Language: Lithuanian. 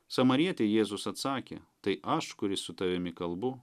samarietei jėzus atsakė tai aš kuris su tavimi kalbu